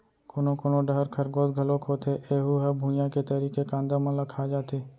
कोनो कोनो डहर खरगोस घलोक होथे ऐहूँ ह भुइंया के तरी के कांदा मन ल खा जाथे